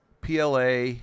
PLA